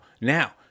Now